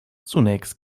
zunächst